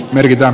merita